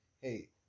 Hey